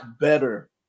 better